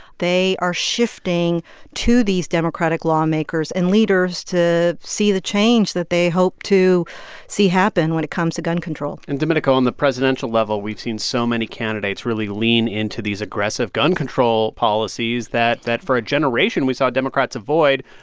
they are shifting to these democratic lawmakers and leaders to see the change that they hope to see happen when it comes to gun control and domenico, on the presidential level, we've seen so many candidates really lean into these aggressive gun control policies that that for a generation we saw democrats avoid.